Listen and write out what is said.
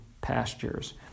pastures